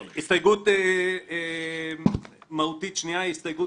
הסתייגות מהותית שנייה היא הסתייגות